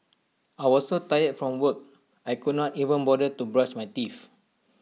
I was so tired from work I could not even bother to brush my teeth